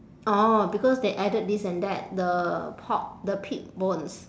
orh because they added this and that the pork the pig bones